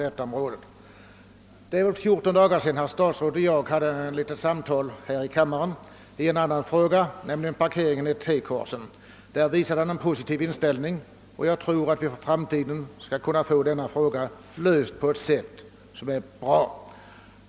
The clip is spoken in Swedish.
För fjorton dagar sedan hade statsrådet och jag ett litet samtal här i kammaren i en annan fråga, nämligen om parkeringen i T-korsningar. Därvid visade han en positiv inställning. Jag tror att vi i framtiden skall kunna få denna fråga löst på ett tillfredsställande sätt.